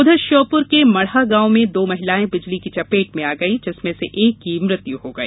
उधर श्योपुर के मढ़ा गांव में दो महिलाएं बिजली की चपेट में आ गई जिसमें से एक की मृत्यु हो गई